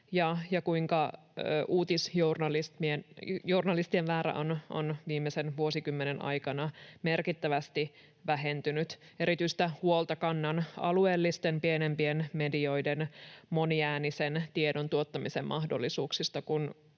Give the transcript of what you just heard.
kuinka uutisjournalistien määrä on viimeisen vuosikymmenen aikana merkittävästi vähentynyt. Erityistä huolta kannan alueellisten, pienempien medioiden moniäänisen tiedon tuottamisen mahdollisuuksista,